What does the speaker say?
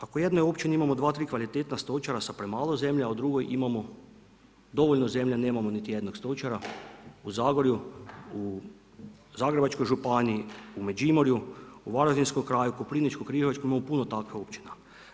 Ako u jednoj općini imati dva, tri kvalitetna stočara sa premalo zemlje, a u drugoj imamo dovoljno zemlje a nemamo niti jednog stočara, u Zagorju, u Zagrebačkoj županiji, u Međimurju, u Varaždinskom kraju, koprivničko-križevačkom imamo puno takvih općina.